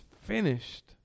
finished